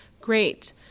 Great